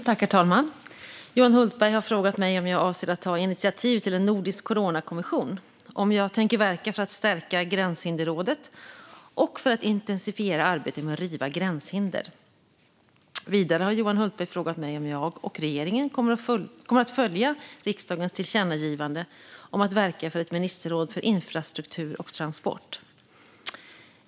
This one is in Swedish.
Herr talman! Johan Hultberg har frågat mig om jag avser att ta initiativ till en nordisk coronakommission och om jag tänker verka för att stärka Gränshinderrådet och för att intensifiera arbetet med att riva gränshinder. Vidare har Johan Hultberg frågat mig om jag och regeringen kommer att följa riksdagens tillkännagivande om att verka för ett ministerråd för infrastruktur och transport.